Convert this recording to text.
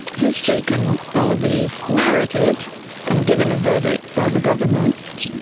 history can only be narrated and given a verdict by the government.